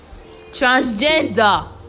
transgender